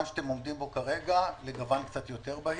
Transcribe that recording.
שאתם עומדים בו כרגע לגוון קצת יותר בהיר.